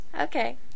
Okay